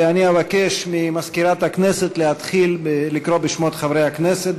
ואני אבקש ממזכירת הכנסת להתחיל לקרוא בשמות חברי הכנסת.